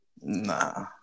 Nah